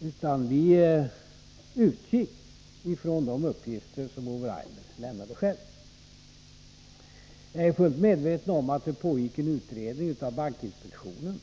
utan vi utgick från de uppgifter som Ove Rainer själv lämnade. Jag är fullt medveten om att bankinspektionen höll på med en utredning.